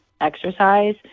exercise